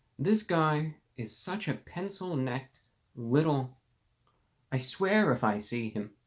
this guy is such a pencil-necked little i swear if i see him,